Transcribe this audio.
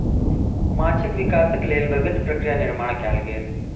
माँछक विकासक लेल विभिन्न प्रक्रिया निर्माण कयल गेल